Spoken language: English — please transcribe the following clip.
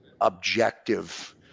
objective